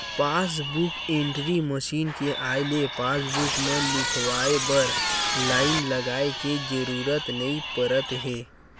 passbook entry machine के आए ले पासबूक म लिखवाए बर लाईन लगाए के जरूरत नइ परत हे